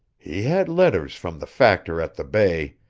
he had letters from the factor at the bay,